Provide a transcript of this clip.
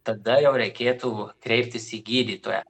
tada jau reikėtų kreiptis į gydytoją